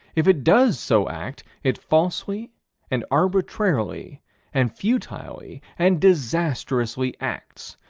if it does so act, it falsely and arbitrarily and futilely and disastrously acts,